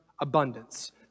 abundance